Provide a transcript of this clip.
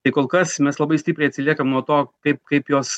tai kol kas mes labai stipriai atsiliekam nuo to kaip kaip jos